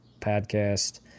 Podcast